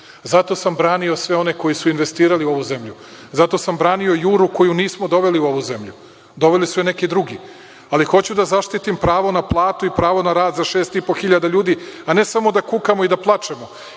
Zato sam branio sve one koji su investirali u ovu zemlju. Zato sam branio „Juru“ koju nismo doveli u ovu zemlju, doveli su je neki drugi, ali hoću da zaštitim pravo na platu i pravo na rad za 6.500 ljudi, a ne samo da kukamo i da plačemo